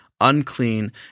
Unclean